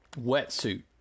wetsuit